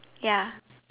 ya